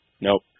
Nope